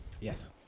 Yes